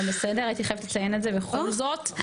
אבל בסדר הייתי חייבת לציין את זה בכל זאת,